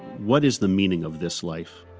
what is the meaning of this life